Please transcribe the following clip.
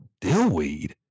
dillweed